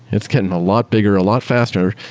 it's getting a lot bigger, a lot faster.